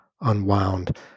unwound